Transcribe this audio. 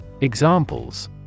Examples